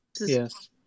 Yes